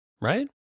right